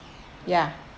ya